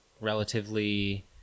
relatively